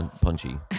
Punchy